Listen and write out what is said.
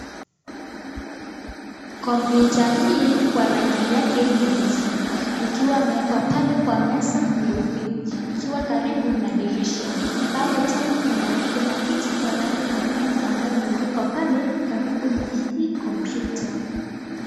Komputa hii Kwa rangi yake nyeusi, ikiwa imewekwa pale Kwa meza nyeupe, ikiwa karibu na dirisha, pale tena kuna kiti Kwa rangi nyekundu amabayo imekekwa pale karibu na hii komputa.